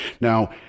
now